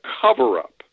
cover-up